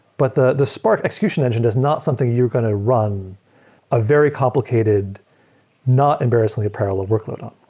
but the the spark execution engine does not something you're going to run a very complicated not embarrassingly parallel workload on.